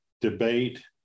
debate